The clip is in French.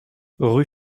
rue